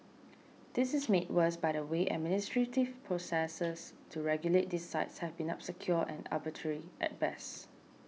this is made worse by the way administrative processes to regulate these sites have been obscure and arbitrary at best